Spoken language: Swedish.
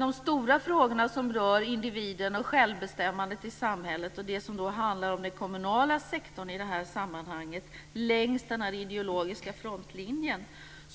De stora frågor som rör individen och självbestämmandet i samhället och det som handlar om de kommunala sektorn i sammanhanget längs den ideologiska frontlinjen